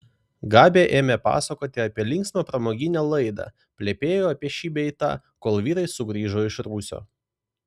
gabi ėmė pasakoti apie linksmą pramoginę laidą plepėjo apie šį bei tą kol vyrai sugrįžo iš rūsio